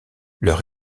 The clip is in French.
leur